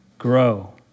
grow